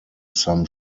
some